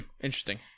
Interesting